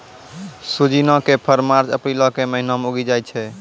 सोजिना के फर मार्च अप्रीलो के महिना मे उगि जाय छै